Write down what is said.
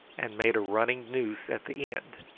and made a running noose at the end,